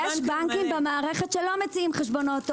יש בנקים במערכת שלא מציעים חשבונות עו"ש,